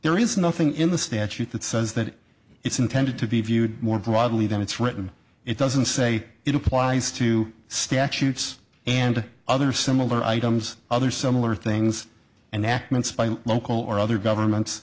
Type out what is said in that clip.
there is nothing in the statute that says that it's intended to be viewed more broadly than it's written it doesn't say it applies to statutes and other similar items other similar things and act months by local or other governments